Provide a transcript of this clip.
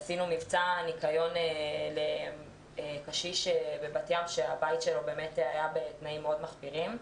ועשינו גם מבצע ניקיון לקשיש בבת-ים שהבית שלו היה בתנאים מאוד מחפירים.